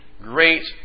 great